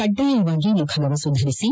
ಕಡ್ಲಾಯವಾಗಿ ಮುಖಗವಸು ಧರಿಸಿ